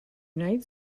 united